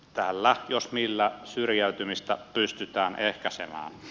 tällä jos millä syrjäytymistä pystytään ehkäisemään